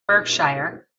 berkshire